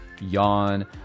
yawn